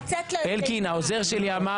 אלקין, העוזר שלי אמר